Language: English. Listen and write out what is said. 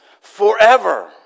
forever